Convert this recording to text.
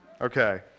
okay